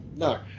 No